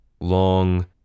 long